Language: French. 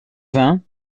vingts